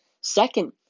Second